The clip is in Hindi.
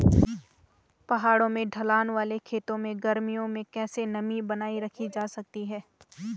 पहाड़ों में ढलान वाले खेतों में गर्मियों में कैसे नमी बनायी रखी जा सकती है?